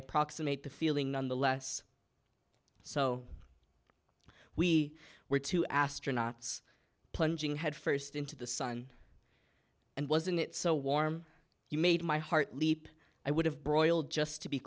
approximate the feeling none the less so we were two astronauts plunging headfirst into the sun and wasn't so warm you made my heart leap i would have brought all just to be